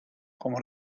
como